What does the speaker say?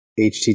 HTTP